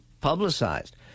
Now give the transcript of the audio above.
publicized